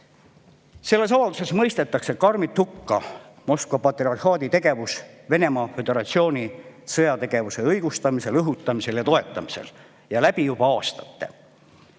Selles avalduses mõistetakse karmilt hukka Moskva patriarhaadi tegevus Venemaa Föderatsiooni sõjategevuse õigustamisel, õhutamisel ja toetamisel, mis